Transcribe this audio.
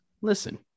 Listen